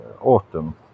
autumn